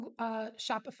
Shopify